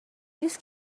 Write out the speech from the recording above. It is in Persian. نیس